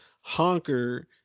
Honker